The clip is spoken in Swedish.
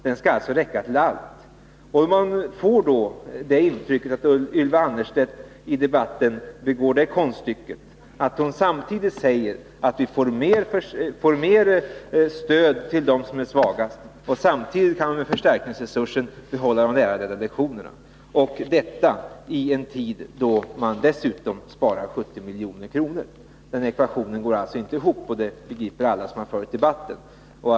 Den skall alltså räcka till allt. Man får ett intryck av att Ylva Annerstedt i debatten gör en kullerbytta när hon säger att förstärkningsresursen skall räcka till att både ge de svagaste eleverna stöd och behålla de lärarledda lektionerna — detta i ett läge då man samtidigt sparar in 70 milj.kr. Den ekvationen går inte ihop, vilket alla som har följt debatten begriper.